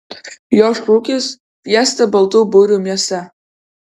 jos šūkis fiesta baltų burių mieste